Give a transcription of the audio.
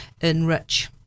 enrich